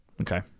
okay